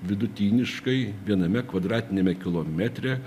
vidutiniškai viename kvadratiniame kilometre